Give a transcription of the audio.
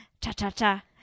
Cha-cha-cha